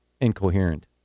Incoherent